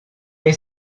est